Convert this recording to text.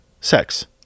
sex